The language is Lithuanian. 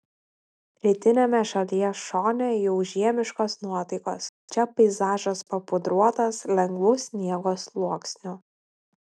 rytiniame šalies šone jau žiemiškos nuotaikos čia peizažas papudruotas lengvu sniego sluoksniu